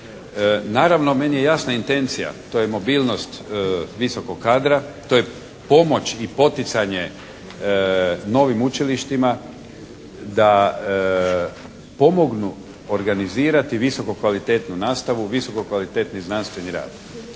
Naravno meni je jasna intencija, to je mobilnost visokog kadra, to je pomoć i poticanje novim učilištima da pomognu organizirati visoku kvalitetnu nastavu, visoko kvalitetni znanstveni rad.